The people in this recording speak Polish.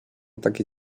takie